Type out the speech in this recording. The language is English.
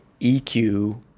EQ